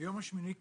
היום השמיני כמושג.